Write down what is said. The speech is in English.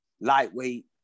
lightweight